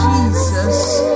Jesus